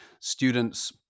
students